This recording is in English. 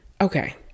okay